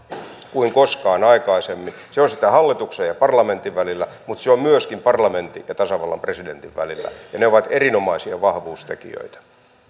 kuin koskaan aikaisemmin se on sitä hallituksen ja parlamentin välillä mutta se on myöskin parlamentin ja tasavallan presidentin välillä ja ne ovat erinomaisia vahvuustekijöitä